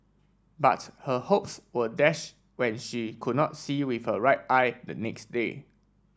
but her hopes were dash when she could not see with her right eye the next day